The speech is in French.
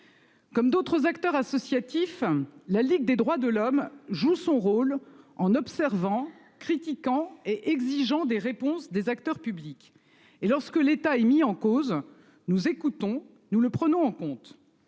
Comme d'autres acteurs associatifs, la Ligue des droits de l'homme joue son rôle en observant, en critiquant et en exigeant des réponses des acteurs publics. Lorsque l'État est mis en cause, nous écoutons et nous le prenons en compte.